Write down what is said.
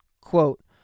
Quote